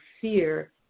fear